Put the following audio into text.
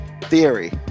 theory